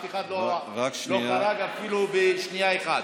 אף אחד לא חרג אפילו בשנייה אחת.